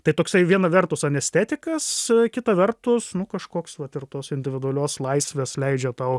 tai toksai viena vertus anestetikas kita vertus nu kažkoks vat ir tos individualios laisvės leidžia tau